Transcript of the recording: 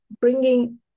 Bringing